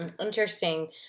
Interesting